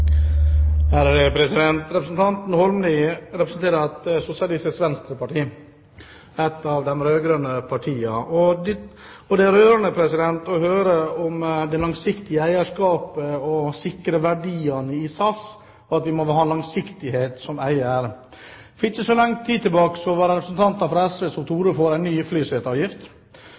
Representanten Holmelid representerer Sosialistisk Venstreparti, et av de rød-grønne partiene. Det er rørende å høre om det langsiktige eierskapet, om å sikre verdiene i SAS, og at vi må tenke langsiktighet som eier. For ikke så lang tid tilbake var det representanter fra SV som tok til orde for en ny flyseteavgift.